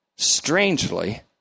strangely